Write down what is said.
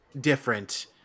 different